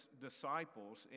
disciples